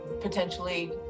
potentially